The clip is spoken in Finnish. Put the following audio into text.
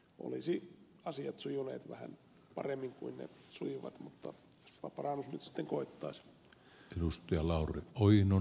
olisivat asiat sujuneet vähän paremmin kuin ne sujuivat mutta jospa parannus nyt sitten koittaisi